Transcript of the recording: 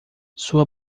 sua